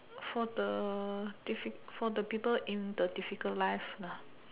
for the diffi~ for the people in the difficult life lah